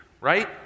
right